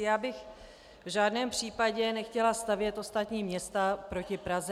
Já bych v žádném případě nechtěla stavět ostatní města proti Praze.